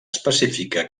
específica